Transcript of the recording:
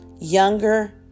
younger